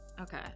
okay